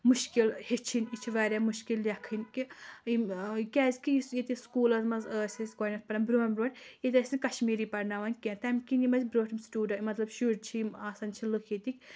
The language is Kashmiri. مُشکِل ہیٚچھِنۍ یہِ چھِ واریاہ مُشکِل لٮ۪کھٕنۍ کہِ یِم کیٛازکہِ یُس ییٚتہِ سکوٗلَن منٛز ٲسۍ أسۍ گۄڈٕنٮ۪تھ پَران برٛونٛٹھ برٛونٛٹھ ییٚتہِ ٲسۍ نہٕ کَشمیٖری پَرناوَن کیٚنٛہہ تَمہِ کِنۍ یِم اَسہِ برٛونٛٹھِم سِٹوٗڈَ مطلب شُرۍ چھِ یِم آسان چھِ لُکھ ییٚتِکۍ